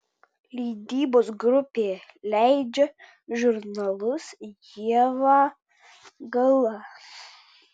leidybos grupė leidžia žurnalus ieva gala